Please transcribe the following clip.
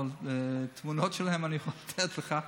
אבל תמונות שלהם אני יכול לתת לך.